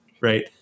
right